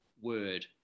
word